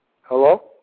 Hello